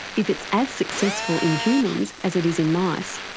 if it's as successful in humans as it is in mice,